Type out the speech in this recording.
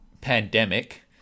pandemic